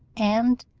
and,